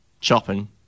chopping